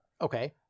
Okay